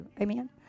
Amen